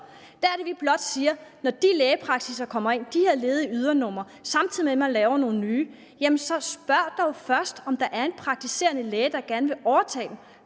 Der er det, vi blot siger: Når en lægepraksis med et ledigt ydernummer kommer ind, samtidig med at man laver nogle nye ydernumre, så spørg dog først, om der er en praktiserende læge, der gerne vil overtage den,